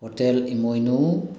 hotel Imoinu